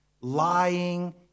lying